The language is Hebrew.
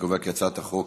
אני קובע כי הצעת החוק